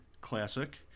classic